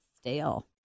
Stale